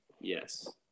Yes